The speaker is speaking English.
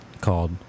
called